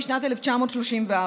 משנת 1934,